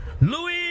Louis